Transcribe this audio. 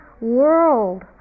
world